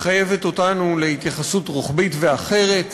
מחייבת אותנו להתייחסות רוחבית ואחרת,